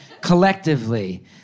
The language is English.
Collectively